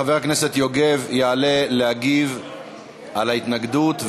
חבר הכנסת יוגב יעלה להגיב על ההתנגדות,